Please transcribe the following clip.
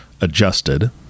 adjusted